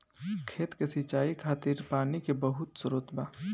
खेत के सिंचाई खातिर पानी के बहुत स्त्रोत बा